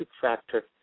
factor